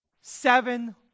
Seven